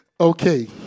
Okay